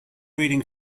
reading